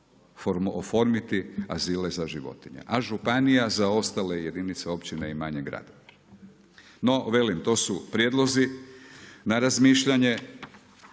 oformiti azile za životinje, a županija za ostale jedinice, općine i manje gradove. No, velim to su prijedlozi na razmišljanje